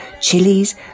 chilies